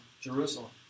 Jerusalem